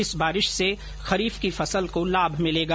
इस बारिश से खरीफ की फसल को लाभ मिलेगा